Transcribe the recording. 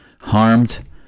harmed